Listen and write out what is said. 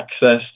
access